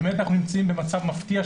אנחנו נמצאים במצב מפתיע,